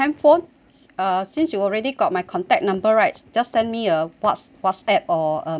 uh since you already got my contact number right just send me a whats~ whatsapp or a message